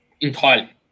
entirely